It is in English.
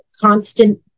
constant